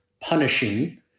punishing